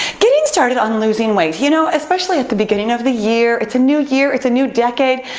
getting started on losing weight, you know, especially at the beginning of the year, it's a new year, it's a new decade,